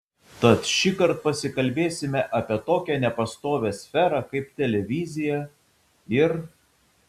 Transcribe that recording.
tad šįkart pasikalbėsime apie tokią nepastovią sferą kaip televizija ir